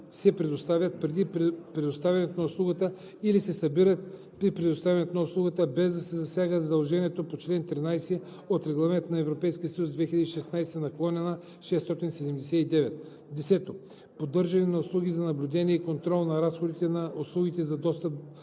се предоставят преди предоставянето на услугата или се събират при предоставянето на услугата, без да се засяга задължението по чл. 13 от Регламент (ЕС) 2016/679; 10. поддържане на услуги за наблюдение и контрол на разходите на услугите за достъп